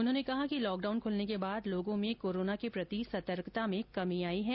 उन्होंने कहा कि लॉकडाउन खुलने के बाद लोगों में कोरोना के प्रति सतर्कता में कमी आई है